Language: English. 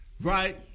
right